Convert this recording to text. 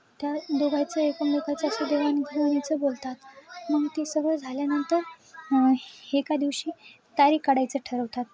त्या दोघांचं एकमेकाचं असं देवाणघेवाणीचं बोलतात मग ते सगळं झाल्यानंतर एका दिवशी तारीख काढायचं ठरवतात